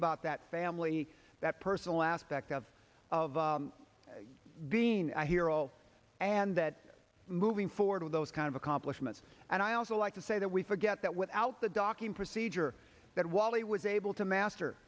about that family that personal aspect of being a hero and that moving forward with those kind of accomplishments and i also like to say that we forget that without the docking procedure that wally was able to master